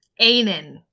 Ainen